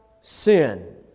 sin